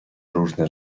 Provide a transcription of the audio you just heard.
różne